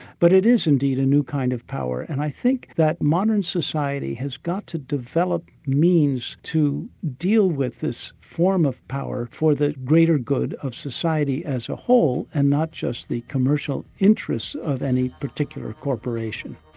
but it is indeed a new kind of power, and i think that modern society has got to develop means to deal with this form of power for the greater good of society as a whole and not just the commercial interests of any particular corporation.